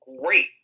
great